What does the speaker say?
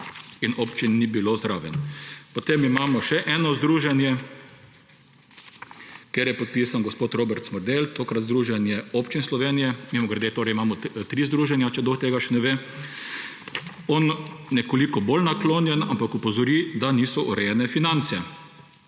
in občin ni bilo zraven. Potem imamo še eno združenje, kjer je podpisan gospod Robert Smrdelj, tokrat Združenje občin Slovenije. Mimogrede, imamo tri združenja, če kdo tega še ne ve. On nekoliko bolj naklonjen, ampak opozori, da niso urejene finance.